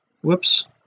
whoops